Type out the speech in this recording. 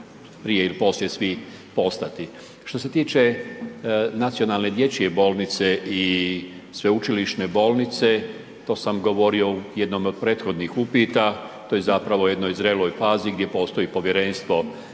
prije ili poslije svi postati. Što se tiče nacionalne dječje bolnice i sveučilišne bolnice to sam govorio u jednom od prethodnih upita, to je zapravo u jednoj zreloj fazi gdje postoji povjerenstvo Vlade